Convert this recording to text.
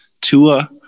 Tua